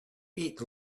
eat